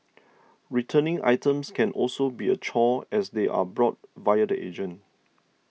returning items can also be a chore as they are brought via the agent